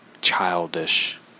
childish